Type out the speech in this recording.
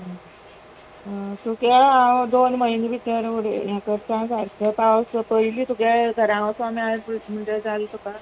आं तुगे हांव दोन म्हयने भितर उडय हें करता सारकें पावस पयली तुगे घरा वचो मेळ्ळें म्हणजे जालें तुका